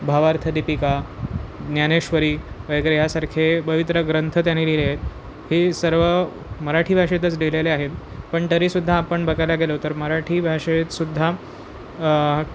भावार्थदीपिका ज्ञानेश्वरी वगैरे ह्यासारखे पवित्र ग्रंथ त्याने लिहिलेले आहेत ही सर्व मराठी भाषेतच लिहिलेले आहेत पण तरीसुद्धा आपण बघायला गेलो तर मराठी भाषेतसुद्धा